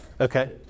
Okay